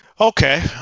Okay